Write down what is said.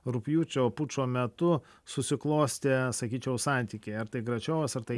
rugpjūčio pučo metu susiklostė sakyčiau santykiai ar tai gračiovas ar tai